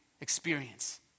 experience